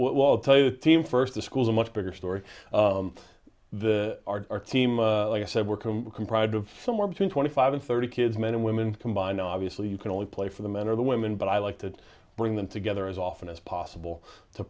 while tell you the team first the schools are much bigger story the are our team like i said we're comprised of somewhere between twenty five and thirty kids men and women combined obviously you can only play for the men or the women but i like to bring them together as often as possible to